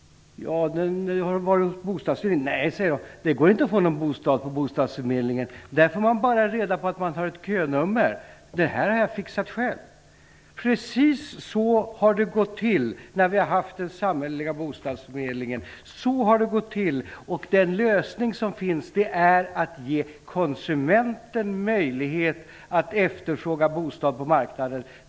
Jag undrade då om de hade varit hos bostadsförmedlingen. Nej, svarade de, det går ju inte att få någon bostad genom bostadsförmedlingen. Där får man bara ett könummer. Den här lägenheten har jag fixat själv. Precis så har det gått till när vi har haft en samhällelig bostadsförmedling. Den lösning som finns är att ge konsumenten möjlighet att efterfråga bostad på marknaden.